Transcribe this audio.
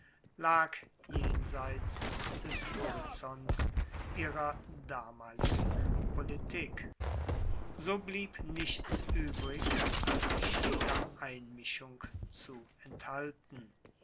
lag jenseits des horizonts ihrer damaligen politik so blieb nichts uebrig als sich jeder einmischung zu enthalten